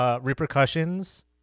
repercussions